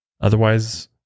Otherwise